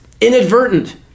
inadvertent